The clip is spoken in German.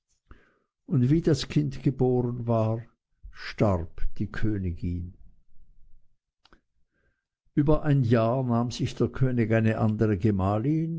und wie das kind geboren war starb die königin über ein jahr nahm sich der könig eine andere gemahlin